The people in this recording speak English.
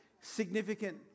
significant